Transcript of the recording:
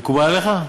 מקובל עליך?